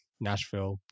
Nashville